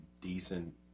decent